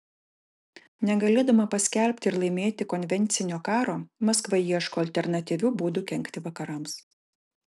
negalėdama paskelbti ir laimėti konvencinio karo maskva ieško alternatyvių būdų kenkti vakarams